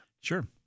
Sure